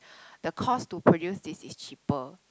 the cost to produce this is cheaper